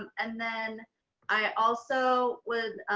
um and then i also would,